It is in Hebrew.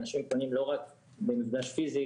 אנשים פונים לא רק במפגש פיזי,